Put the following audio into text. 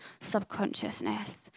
subconsciousness